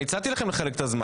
אני הצעתי לכם לחלק את הזמן.